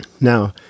Now